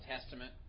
Testament